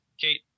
Kate